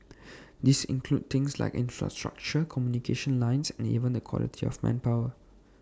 these include things like infrastructure communication lines and even the quality of manpower